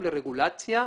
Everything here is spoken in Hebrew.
קובע מי יפקח עליו,